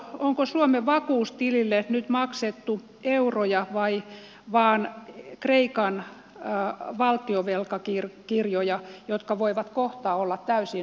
onko suomen vakuustilille nyt maksettu euroja vai vain kreikan valtionvelkakirjoja jotka voivat kohta olla täysin arvottomia